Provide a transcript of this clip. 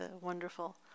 wonderful